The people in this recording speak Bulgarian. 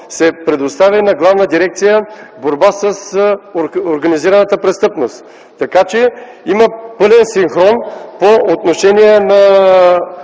се предоставя на Главна дирекция „Борба с организираната престъпност”. Има пълен синхрон по отношение на